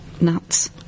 nuts